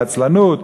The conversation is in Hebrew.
לעצלנות.